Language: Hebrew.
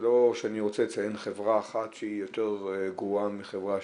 לא שאני רוצה לציין חברה אחת שהיא יותר גרועה מהחברה השנייה,